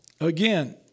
again